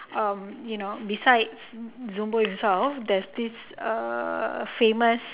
um you know besides zumbo himself there's this uh famous